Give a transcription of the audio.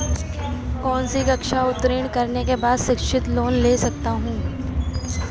कौनसी कक्षा उत्तीर्ण करने के बाद शिक्षित लोंन ले सकता हूं?